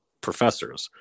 professors